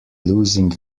losing